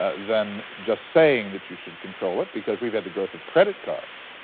than just saying that you should control it, because we've got the growth of credit cards,